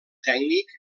tècnic